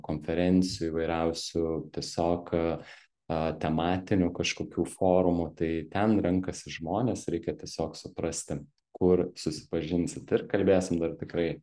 konferencijų įvairiausių tiesiog a tematinių kažkokių forumų tai ten renkasi žmonės reikia tiesiog suprasti kur susipažinsit ir kalbėsim dar tikrai